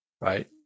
Right